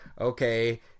okay